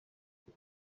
iki